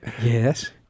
Yes